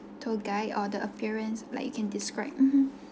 tour guide or the appearance like you can describe mmhmm